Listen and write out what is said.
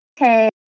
Okay